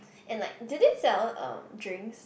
and like did they sell um drinks